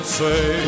say